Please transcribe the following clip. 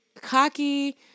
cocky